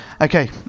Okay